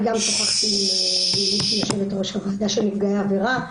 אני שוחחתי גם עם יושבת-ראש הוועדה של נפגעי העבירה.